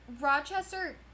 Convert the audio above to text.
Rochester